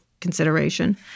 consideration